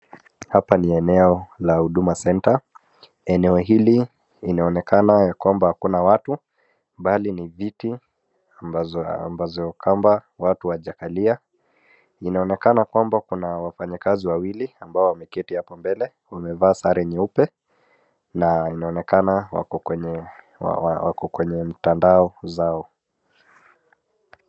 Hapa ni eneo la Huduma center. Eneo hili inaoneka ya kwamba hakuna watu mbali ni viti ambazo kwamba watu hawajakalia. Inaonekana kwamba kuna wafanyakazi wawili ambao wameketi hapo mbele wamevaa sare nyeupe na inaonekana wako kwenye mtandao zao.